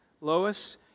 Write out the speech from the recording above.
Lois